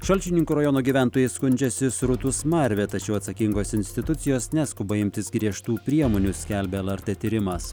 šalčininkų rajono gyventojai skundžiasi srutų smarve tačiau atsakingos institucijos neskuba imtis griežtų priemonių skelbia lrt tyrimas